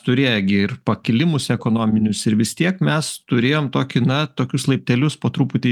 turėję gi ir pakilimus ekonominius ir vis tiek mes turėjome tokį na tokius laiptelius po truputį